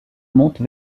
monte